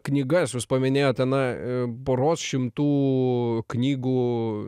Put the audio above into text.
knygas jūs paminėjote na poros šimtų knygų